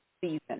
season